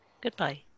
goodbye